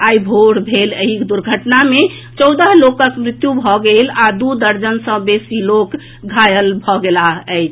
आई भोर भेल एहि दुर्घटना मे चौदह लोकक मृत्यु भऽ गेल आ दू दर्जन सँ बेसी लोक घायल भेलाह अछि